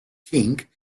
king